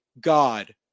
God